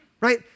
Right